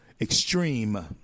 extreme